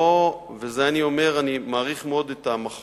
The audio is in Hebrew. לא, ואת זה אני אומר, אני מעריך מאוד את המכון,